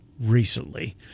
recently